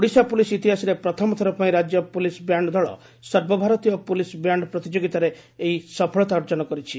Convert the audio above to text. Odisha police ଇତିହାସରେ ପ୍ରଥମ ଥର ରାକ୍ୟ ପୁଲିସ୍ ବ୍ୟାଣ୍ଡ ଦଳ ସର୍ବଭାରତୀୟ ପୁଲିସ୍ ବ୍ୟାଣ୍ଡ୍ ପ୍ରତିଯୋଗିତାରେ ଏହି ସଫଳତା ଅର୍ଜନ କରିଛି